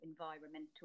environmental